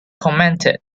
commented